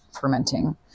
fermenting